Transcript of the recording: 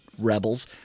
rebels